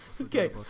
Okay